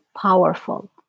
powerful